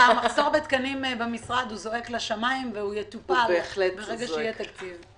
המחסור בתקנים במשרד זועק לשמים והוא יטופל ברגע שיהיה תקציב.